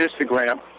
Instagram